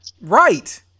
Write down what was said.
Right